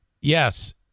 Yes